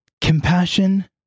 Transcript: Compassion